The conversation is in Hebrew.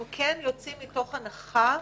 אנחנו יוצאים מתוך הנחה,